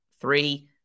three